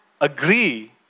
agree